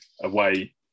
away